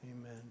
amen